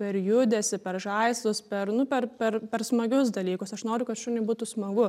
per judesį per žaislus per nu per per per smagius dalykus aš noriu kad šuniui būtų smagu